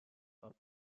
bulk